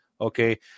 okay